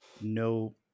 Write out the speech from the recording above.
no